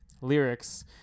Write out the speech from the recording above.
lyrics